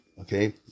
Okay